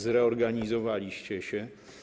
Zreorganizowaliście się.